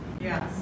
Yes